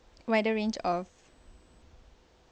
wider range of